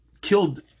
killed